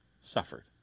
suffered